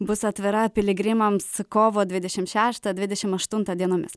bus atvira piligrimams kovo dvidešim šeštą dvidešim aštuntą dienomis